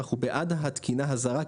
אנחנו בעד התקינה הזרה,